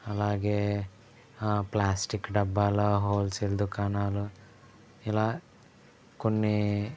అలాగే ప్లాస్టిక్ డబ్బాల హోల్సేల్ దుకాణాలు ఇలా కొన్నీ